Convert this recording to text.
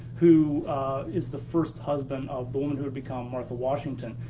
who is the first husband of the woman who would become martha washington.